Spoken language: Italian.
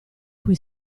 cui